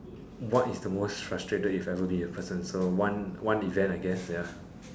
what is the most frustrated you've ever been with a person so one event I guess ya